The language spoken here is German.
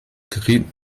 gerieten